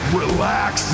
relax